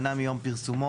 שנה מיום פרסומו